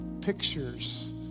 pictures